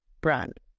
brand